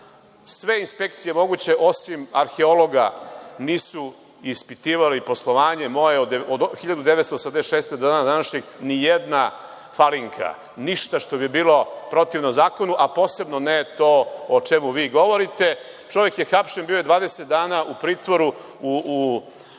sve inspekcije moguće, osim arheologa, nisu ispitivali moje poslovanje od 1986. godine do dana današnjeg, ni jedna falinka, ništa što bi bilo protivno zakonu, a posebno ne to o čemu vi govorite. Čovek je hapšen, bio je 20 dana u pritvoru, tu